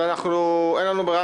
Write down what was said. אבל אין לנו ברירה,